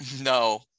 no